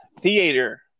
theater